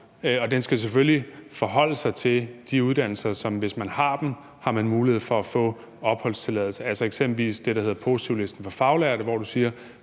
og at vi selvfølgelig skal forholde os til de uddannelser, som gør, at man, hvis man har dem, har en mulighed for at få opholdstilladelse, altså eksempelvis det, der hedder positivlisten for faglærte, hvor du siger,